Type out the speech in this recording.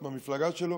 את מהמפלגה שלו: